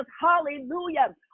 hallelujah